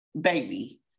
baby